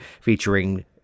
featuring